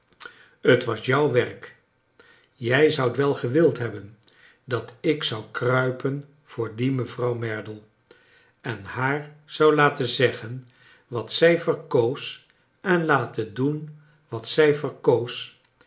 t was jouvv werk jij zoudt wel gewild hebben dat ik zou kruipen voor die mevrouw merdle en haar zou laten zeggen wat zij verkoos en laten doen wat zij verkoos